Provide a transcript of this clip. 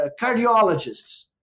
cardiologists